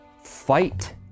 Fight